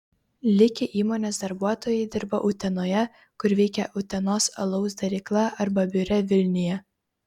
likę įmonės darbuotojai dirba utenoje kur veikia utenos alaus darykla arba biure vilniuje